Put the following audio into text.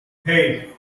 hey